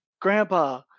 Grandpa